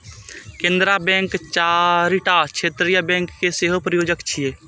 Canara bank चारिटा क्षेत्रीय bank के सेहो प्रायोजक छियै